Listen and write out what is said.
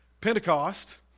Pentecost